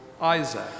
Isaac